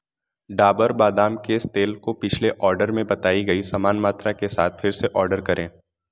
डाबर बादाम केश तेल को पिछले ऑर्डर में बताई गई समान मात्रा के साथ फिर से ऑर्डर करें